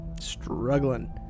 struggling